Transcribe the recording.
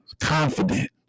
confident